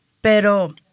Pero